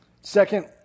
Second